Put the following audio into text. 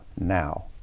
now